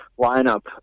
lineup